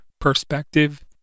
perspective